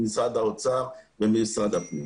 ממשרד האוצר ומשרד הפנים.